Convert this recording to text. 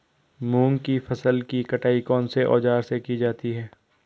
मूंग की फसल की कटाई कौनसे औज़ार से की जाती है?